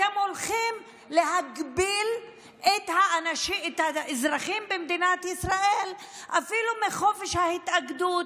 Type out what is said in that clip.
אתם הולכים להגביל את האזרחים במדינת ישראל אפילו בחופש ההתאגדות.